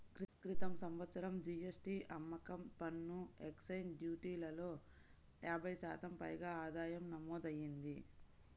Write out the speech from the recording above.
క్రితం సంవత్సరం జీ.ఎస్.టీ, అమ్మకం పన్ను, ఎక్సైజ్ డ్యూటీలలో యాభై శాతం పైగా ఆదాయం నమోదయ్యింది